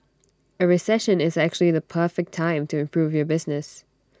A recession is actually the perfect time to improve your business